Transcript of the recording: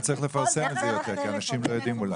אולי צריך לפרסם את זה, כי אנשים לא יודעים אולי.